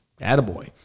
Attaboy